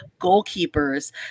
goalkeepers